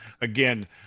again